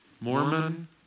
Mormon